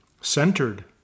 centered